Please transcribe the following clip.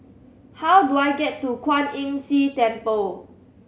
how do I get to Kwan Imm See Temple